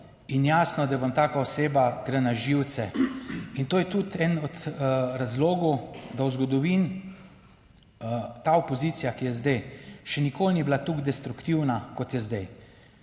in jasno, da vam taka oseba gre na živce. In to je tudi eden od razlogov, da v zgodovini ta opozicija, ki je zdaj, še nikoli ni bila tako destruktivna, kot je zdaj.